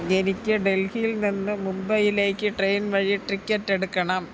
എനിക്ക് ഡൽഹിയിൽ നിന്ന് മുംബൈയിലേക്ക് ട്രെയിൻ വഴി ടിക്കറ്റ് എടുക്കണം